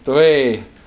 对